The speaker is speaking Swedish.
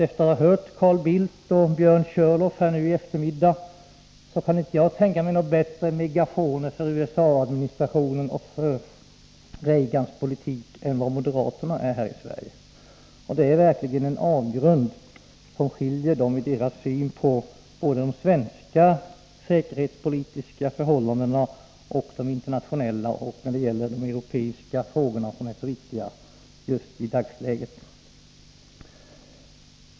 Efter att ha hört Carl Bildt och Björn Körlof i eftermiddag kan jag inte tänka mig bättre megafoner för USA:s administration och för Reagans politik än moderaterna i Sverige. Det är verkligen en avgrund som skiljer dem från de övriga partierna i synen på både de svenska och de internationella säkerhetspolitiska förhållandena och på de europeiska frågorna, som är så viktiga i dagsläget.